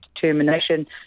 determination